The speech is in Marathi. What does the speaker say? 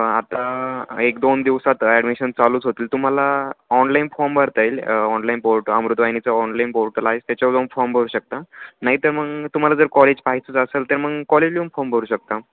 आता एक दोन दिवसात ॲडमिशन चालूच होतील तुम्हाला ऑनलाईन फॉर्म भरता येईल ऑनलाईन पोर्ट अमृतवानीचं ऑनलाईन पोर्टल आहे त्याच्यावरून फॉम भरू शकता ना नाही तर मग तुम्हाला जर कॉलेज पाहायचंच असेल तर मग कॉलेजला येऊन फॉर्म भरू शकता